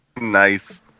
Nice